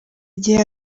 gihe